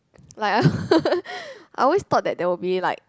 like I I always thought that there will be like